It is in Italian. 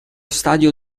stadio